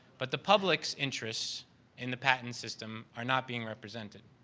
but the public's interests in the patent system are not being represented.